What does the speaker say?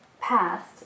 passed